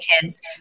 kids